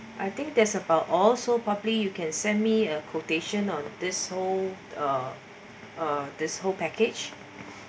I think that's about also properly you can send me a quotation on this whole uh uh this whole package